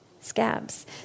scabs